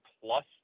plus